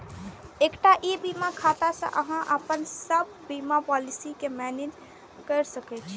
एकटा ई बीमा खाता सं अहां अपन सब बीमा पॉलिसी कें मैनेज कैर सकै छी